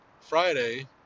Friday